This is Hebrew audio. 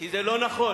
כי זה לא נכון.